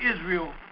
Israel